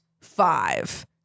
five